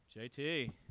JT